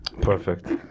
Perfect